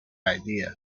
idea